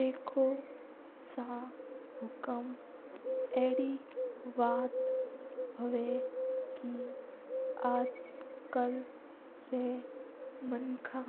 देखो सा हुकूम आजकल माणका